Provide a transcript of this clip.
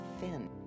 thin